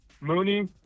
Mooney